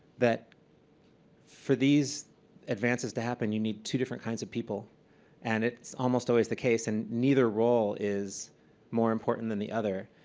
for these advances to happen, you need two different kinds of people and it's almost always the case and neither role is more important than the other.